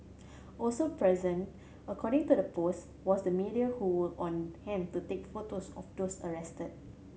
also present according to the post was the media who on hand to take photos of those arrested